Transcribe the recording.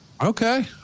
Okay